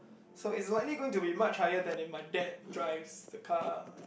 so it's likely going to be much higher then if my dad drives to car